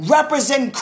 Represent